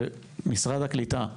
משרד הקליטה,